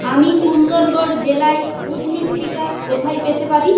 আমি সুন্দরগড় জেলায় স্পুটনিক টিকা কোথায় পেতে পারি